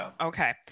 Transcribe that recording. Okay